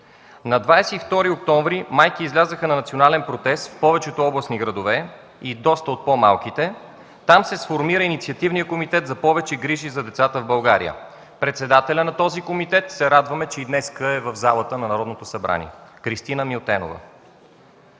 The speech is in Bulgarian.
На 22 октомври майки излязоха на национален протест в повечето областни градове и доста от по-малките. Там се сформира Инициативният комитет за повече грижи за децата в България. Председателят на този комитет се радваме, че и днес е в залата на Народното събрание – Кристина Милтенова.